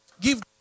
give